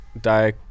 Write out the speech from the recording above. die